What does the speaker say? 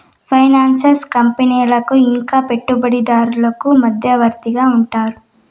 finance కంపెనీలకు ఇంకా పెట్టుబడిదారులకు మధ్యవర్తిగా ఉంటారు